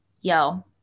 yo